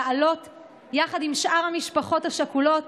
לעלות יחד עם שאר המשפחות השכולות